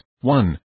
one